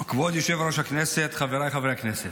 כבוד יושב-ראש הכנסת, חבריי חברי הכנסת,